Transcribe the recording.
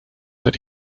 that